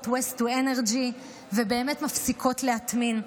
waste to energy ובאמת מפסיקות להטמין.